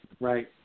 Right